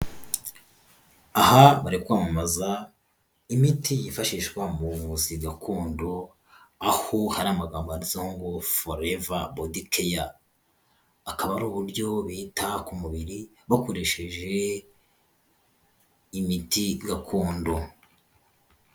Aha bari kwamamaza imiti yifashishwa mu buvuzi gakondo, aho hari amagambo yanditseho ngo ''Forever body care'' akaba ari uburyo bita ku mubiri bakoresheje imiti gakondo.